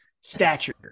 stature